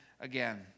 again